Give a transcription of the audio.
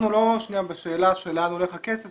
אנחנו לא בשאלה של לאן הולך הכסף,